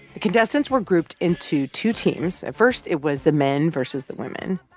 the contestants were grouped into two teams. at first it was the men versus the women.